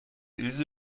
ilse